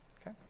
Okay